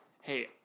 hey